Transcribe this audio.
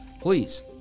please